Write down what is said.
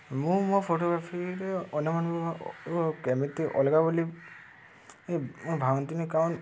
ମୁଁ ମୋ ଫଟୋଗ୍ରାଫିରେ ଅନ୍ୟମାନକୁ କେମିତି ଅଲଗା ବୋଲି ଭାବନ୍ତିନି କାରଣ